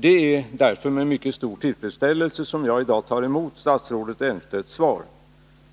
Det är därför med mycket stor tillfredsställelse som jag i dag tar emot statsrådet Elmstedts svar.